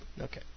Okay